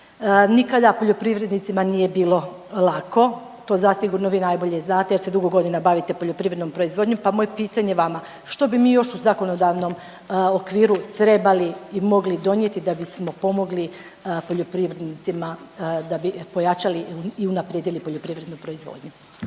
Nikada poljoprivrednicima nije bilo lako to zasigurno vi najbolje znate jer se dugo godina bavite poljoprivrednom proizvodnom, pa moje pitanje vama što bi mi još u zakonodavnom okviru trebali i mogli donijeti da bismo pomogli poljoprivrednicima da bi pojačali i unaprijedili poljoprivrednu proizvodnju?